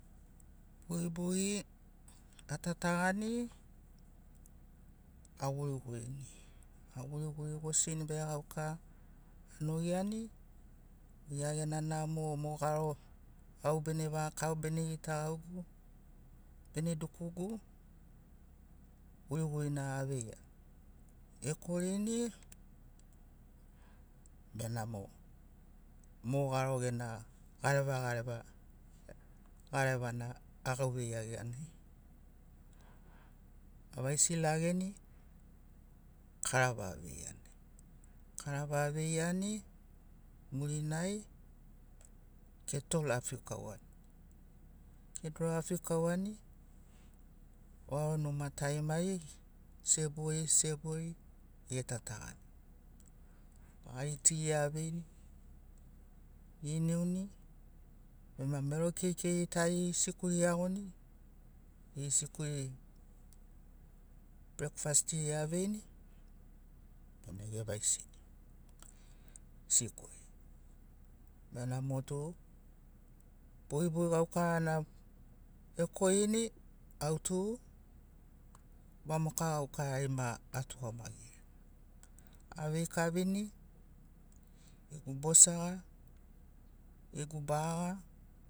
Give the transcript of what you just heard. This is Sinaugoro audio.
Bogi bogi atatagani agurigurini. Aguriguri gosini veregauka anogiani gia gena namo mo garo au bene vaga kavagu, au bene gitagaugu, bene dukugu, gurigurina aveiani. Ekorini benamo mo garo gena gareva gareva garevana agauvei iagiani. Avaisi lagena karava aveiani. Karava aveiani murina kettle afiukauani. Ketle afiukauani vau numa tarimari sebori sebori getatagani. Gari ti aveini giniuni, bema mero keikeiri tari sikuli geagoini, geri sikuri brekfastiri aveini bena gevaisini sikuri. Bena motu bogibogi gaukarana ekorini autu vamoka gaukarari ma atugamagirini. Aveikavini gegu bosaga, gegu baga